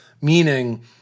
meaning